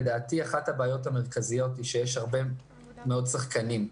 לדעתי אחת הבעיות המרכזיות היא שיש הרבה מאוד שחקנים.